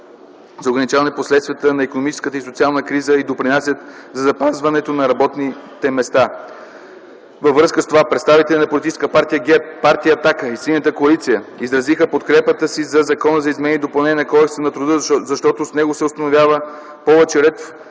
за ограничаване последствията на икономическата и социалната криза и допринасят за запазването на работните места. Във връзка с това представителите на ПП ГЕРБ, Партия „Атака” и Синята коалиция изразиха подкрепата си за Закона за изменение и допълнение на Кодекса на труда, защото с него се установява повече ред